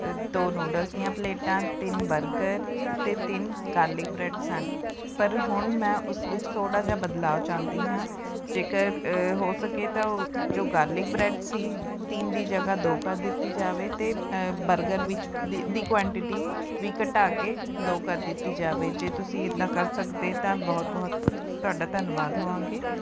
ਦੋ ਨਿਊਡਲਸ ਦੀਆਂ ਪਲੇਟਾਂ ਤਿੰਨ ਬਰਗਰ ਅਤੇ ਤਿੰਨ ਗਾਰਲਿਕ ਬਰੈੱਡ ਸਨ ਪਰ ਹੁਣ ਮੈਂ ਉਸ ਵਿੱਚ ਥੋੜ੍ਹਾ ਜਿਹਾ ਬਦਲਾਓ ਚਾਹੁੰਦੀ ਹਾਂ ਜੇਕਰ ਹੋ ਸਕੇ ਤਾਂ ਜੋ ਗਾਰਲਿਕ ਬਰੈੱਡ ਸੀ ਤਿੰਨ ਦੀ ਜਗ੍ਹਾ ਦੋ ਕਰ ਦਿੱਤੀ ਜਾਵੇ ਅਤੇ ਬਰਗਰ ਵਿੱਚ ਦੀ ਕੁਆਂਟੀਟੀ ਵੀ ਘਟਾ ਕੇ ਦੋ ਕਰ ਦਿੱਤੀ ਜਾਵੇ ਜੇ ਤੁਸੀਂ ਇੱਦਾਂ ਕਰ ਸਕਦੇ ਤਾਂ ਬਹੁਤ ਬਹੁਤ ਤੁਹਾਡਾ ਧੰਨਵਾਦ ਹੋਵਾਂਗੇ